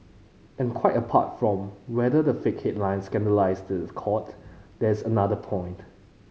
and quite apart from whether the fake headlines scandalise the court there is another point